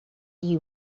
you